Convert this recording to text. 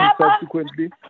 subsequently